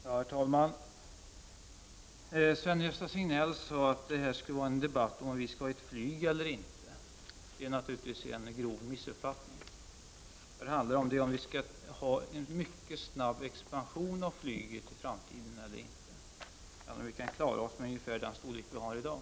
Herr talman! Sven-Gösta Signell sade att detta skulle vara en debatt om huruvida vi skulle ha ett flyg eller inte. Det är naturligtvis en grov missuppfattning. Det handlar om huruvida vi skall ha en mycket snabb expansion av flyget i framtiden eller inte. Jag undrar om vi inte kan klara oss med ungefär den storlek vi har i dag.